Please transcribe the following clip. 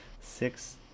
six